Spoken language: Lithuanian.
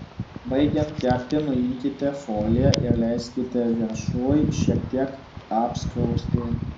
baigiant kepti nuimkite foliją ir leiskite viršui šiek tiek apskrusti